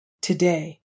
today